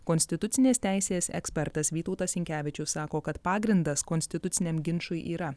konstitucinės teisės ekspertas vytautas sinkevičius sako kad pagrindas konstituciniam ginčui yra